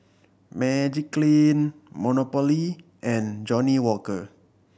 Magiclean Monopoly and Johnnie Walker